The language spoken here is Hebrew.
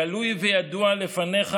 גלוי וידוע לפניך,